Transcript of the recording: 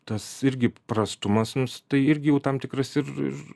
tas irgi prastumas nu tai irgi tam tikras ir ir